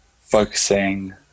focusing